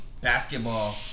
basketball